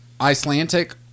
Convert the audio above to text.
Icelandic